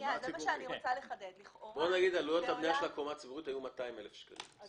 אם עלויות הבנייה של הקומה הציבורית היו 200 אלף שקלים,